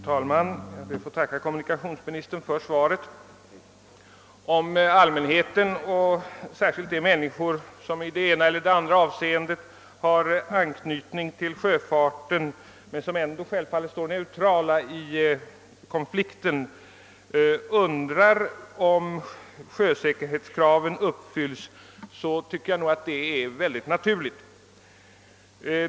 Herr talman! Jag ber att få tacka kommunikationsministern för svaret. Om allmänheten, och särskilt de människor som i det ena eller andra avseendet har anknytning till sjöfarten men som ändå självfallet står neutrala i konflikten, undrar om sjösäkerhetskraven uppfylls, tycker jag det är naturligt.